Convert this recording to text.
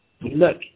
Look